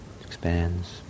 expands